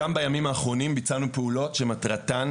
גם בימים האחרונים ביצענו פעולות שמטרתן